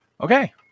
Okay